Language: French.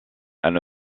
elles